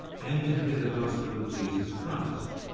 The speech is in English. and hear the gospel of jesus christ.